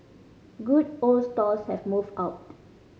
good old stalls have moved out